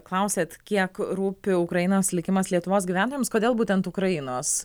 klausėt kiek rūpi ukrainos likimas lietuvos gyventojams kodėl būtent ukrainos